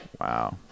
Wow